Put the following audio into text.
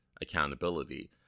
accountability